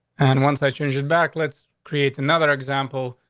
and once i change it back, let's create another example.